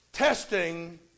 Testing